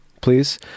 please